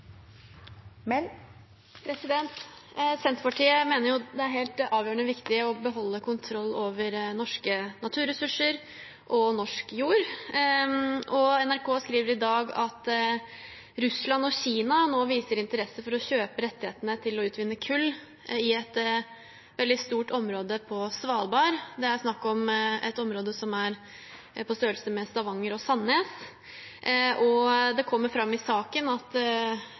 helt avgjørende viktig å beholde kontroll over norske naturressurser og norsk jord, og NRK skriver i dag at Russland og Kina nå viser interesse for å kjøpe rettighetene til å utvinne kull i et veldig stort område på Svalbard. Det er snakk om et område som er på størrelse med Stavanger og Sandnes. Det kommer fram i saken at